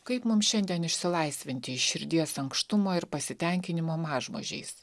kaip mums šiandien išsilaisvinti iš širdies ankštumo ir pasitenkinimo mažmožiais